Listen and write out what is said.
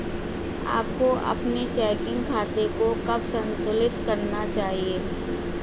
आपको अपने चेकिंग खाते को कब संतुलित करना चाहिए?